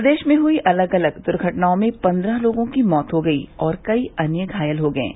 प्रदेश में हुई अलग अलग दुर्घटनाओं में पन्द्रह लोगों की मौत हो गई और कई अन्य घायल हो गये हैं